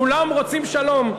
כולם רוצים שלום.